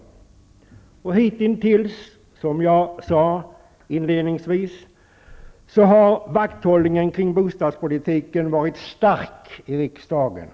Hittills har, som jag sade inledningsvis, vakthållningen kring bostadspolitiken varit stark i riksdagen.